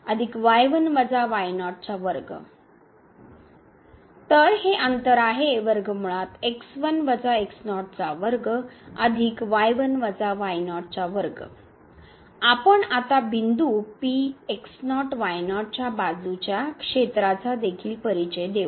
तर हे अंतर आहेआपण आता बिंदू च्या बाजूच्या क्षेत्राचा देखील परिचय देऊ